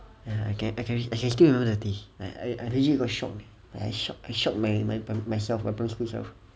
!huh! I can I can still remember the taste like I I legit got shocked I shocked I shocked myself my primary school self